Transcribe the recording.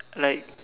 like